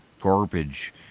garbage